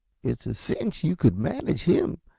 it's a cinch you could manage him,